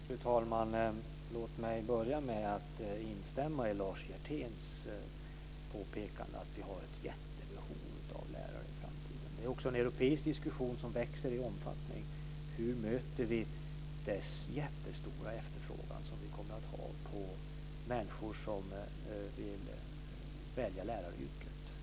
Fru talman! Låt mig börja med att instämma i Lars Hjerténs påpekande om att vi har ett jättebehov av lärare i framtiden. Det är också en europeisk diskussion som växer i omfattning. Hur möter vi den jättestora efterfrågan, som vi kommer att ha på människor som vill välja läraryrket?